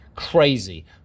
crazy